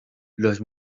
los